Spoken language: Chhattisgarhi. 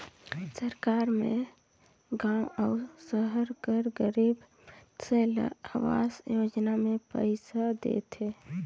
सरकार में गाँव अउ सहर कर गरीब मइनसे ल अवास योजना में पइसा देथे